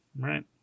right